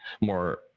more